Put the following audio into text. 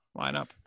lineup